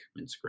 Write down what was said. Instagram